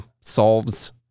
solves